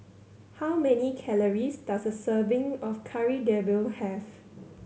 how many calories does a serving of Kari Debal have